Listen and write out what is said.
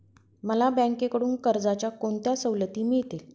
मला बँकेकडून कर्जाच्या कोणत्या सवलती मिळतील?